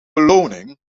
beloning